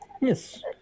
yes